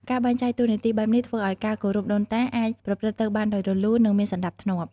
ការបែងចែកតួនាទីបែបនេះ ធ្វើឱ្យការគោរពដូនតាអាចប្រព្រឹត្តទៅបានដោយរលូន និងមានសណ្ដាប់ធ្នាប់។